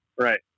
Right